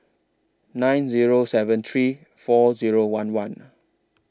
nine Zero seven three four Zero one one